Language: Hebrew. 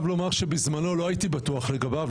ובזמנו לא הייתי בטוח לגביו,